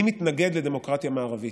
אני מתנגד לדמוקרטיה מערבית.